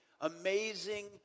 Amazing